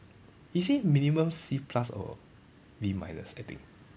he say minimum C plus or B minus I think